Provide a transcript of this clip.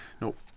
Nope